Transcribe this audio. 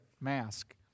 mask